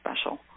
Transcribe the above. special